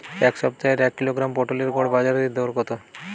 এ সপ্তাহের এক কিলোগ্রাম পটলের গড় বাজারে দর কত?